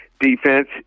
defense